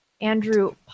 Andrew